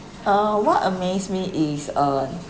uh what amaze me is uh